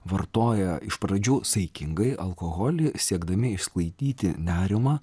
vartoja iš pradžių saikingai alkoholį siekdami išsklaidyti nerimą